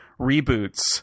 reboots